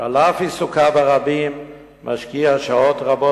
שעל אף עיסוקיו הרבים משקיע שעות רבות